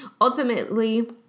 Ultimately